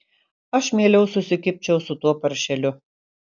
aš mieliau susikibčiau su tuo paršeliu